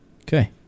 Okay